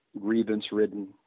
grievance-ridden